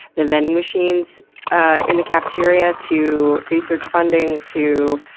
the vending machines in the cafeteria, to research funding, to